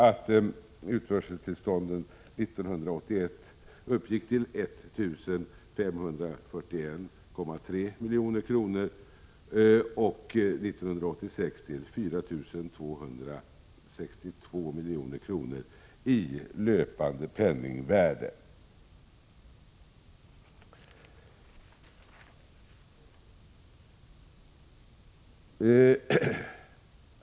Utförseltillstånden 1981 uppgick till 1 541,3 milj.kr. och 1986 till 4 262 milj.kr. i löpande penningvärde.